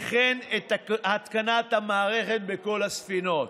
וכן את התקנת המערכות בכל הספינות.